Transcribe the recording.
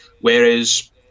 Whereas